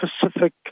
Pacific